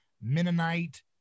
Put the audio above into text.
Mennonite